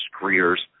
careers